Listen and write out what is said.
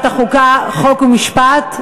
לוועדת החוקה, חוק ומשפט.